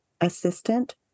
assistant